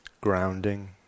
grounding